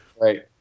right